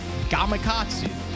Gamakatsu